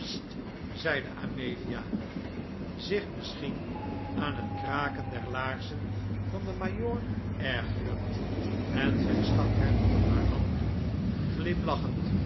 amelia zich misschien aan het kraken der laarzen van den majoor ergerend en zij stak hem haar hand toe glimlachend